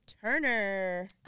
Turner